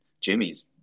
Jimmy's